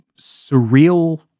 surreal